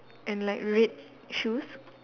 and like red shoes